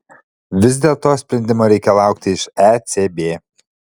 vis dėlto sprendimo reikia laukti iš ecb